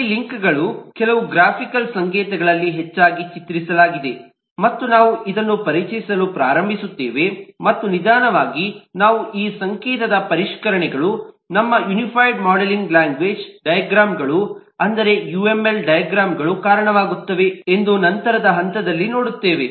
ಇಲ್ಲಿ ಲಿಂಕ್ಗಳನ್ನು ಕೆಲವು ಗ್ರಾಫಿಕಲ್ ಸಂಕೇತಗಳಲ್ಲಿ ಹೆಚ್ಚಾಗಿ ಚಿತ್ರಿಸಲಾಗಿದೆ ಮತ್ತು ನಾವು ಇದನ್ನು ಪರಿಚಯಿಸಲು ಪ್ರಾರಂಭಿಸುತ್ತೇವೆ ಮತ್ತು ನಿಧಾನವಾಗಿ ನಾವು ಈ ಸಂಕೇತದ ಪರಿಷ್ಕರಣೆಗಳು ನಮ್ಮ ಯುನಿಫೈಡ್ ಮಾಡೆಲಿಂಗ್ ಲ್ಯಾಂಗ್ವೇಜ್ ಡೈಗ್ರಾಮ್ಗಳು ಅಂದರೆ ಯುಎಂಎಲ್ ಡೈಗ್ರಾಮ್ಗಳು ಕಾರಣವಾಗುತ್ತವೆ ಎಂದು ನಂತರದ ಹಂತದಲ್ಲಿ ನೋಡುತ್ತೇವೆ